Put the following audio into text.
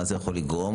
מה זה יכול לגרום,